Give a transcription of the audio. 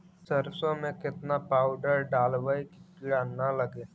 सरसों में केतना पाउडर डालबइ कि किड़ा न लगे?